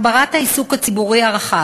הגברת העיסוק בנושא בציבור הרחב,